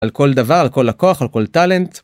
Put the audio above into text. על כל דבר, על כל לקוח, על כל טאלנט.